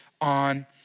on